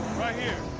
right here.